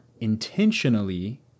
intentionally